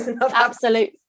absolute